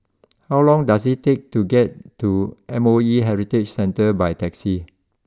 how long does it take to get to M O E Heritage Centre by taxi